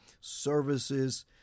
services